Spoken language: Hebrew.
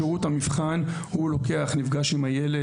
שרות המבחן נפגש עם הילד,